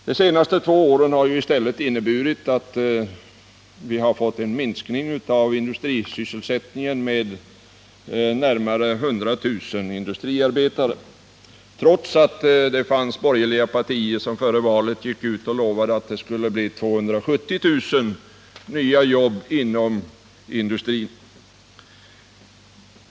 De senaste två åren har i stället inneburit en minskning i industrisysselsättningen med närmare 100 000 industriarbeten, trots att borgerliga partier före valet gick ut och lovade att det skulle bli 270 000 nya jobb inom industrin.